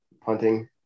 punting